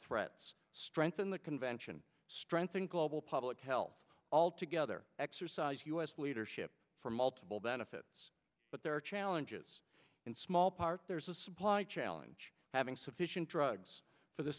threats strengthen the convention strengthen global public health all together exercise u s leadership for multiple benefits but there are challenges in small part there's a supply challenge having sufficient drugs for the